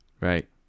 Right